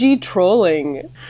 trolling